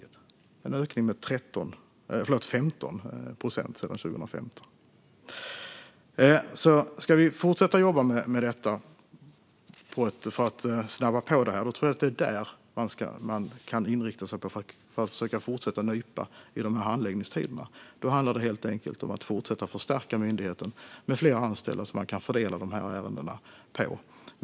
Det är en ökning med 15 procent sedan 2015. Ska vi fortsätta jobba för att snabba på detta och nypa i handläggningstiderna tror jag alltså att det är där man kan inrikta sig. Det handlar helt enkelt om att fortsätta förstärka myndigheten med fler anställda som dessa ärenden kan fördelas på.